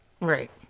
Right